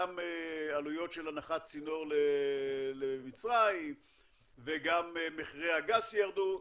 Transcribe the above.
גם עלויות של הנחת צינור למצרים וגם מחירי הגז שירדו.